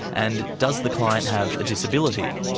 and does the client have a disability?